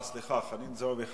סליחה, חנין זועבי חזרה.